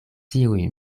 ĉiuj